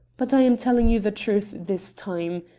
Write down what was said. but i am telling you the truth this time.